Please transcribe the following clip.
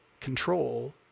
control